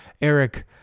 Eric